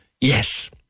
Yes